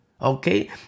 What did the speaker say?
Okay